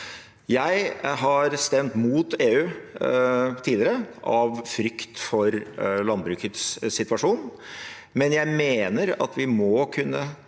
Jeg har stemt mot EU tidligere av frykt for landbrukets situasjon, men jeg mener at vi må kunne